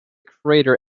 crater